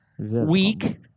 week